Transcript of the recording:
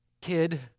kid